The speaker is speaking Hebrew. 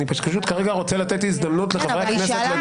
אני פשוט רוצה כרגע לתת הזדמנות לחברי הכנסת לדבר.